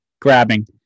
grabbing